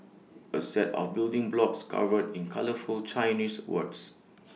A set of building blocks covered in colourful Chinese words